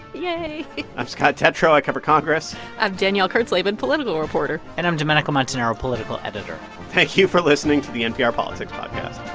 yay i'm scott detrow. i cover congress i'm danielle kurtzleben, political reporter and i'm domenico montanaro, political editor thank you for listening to the npr politics podcast